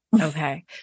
Okay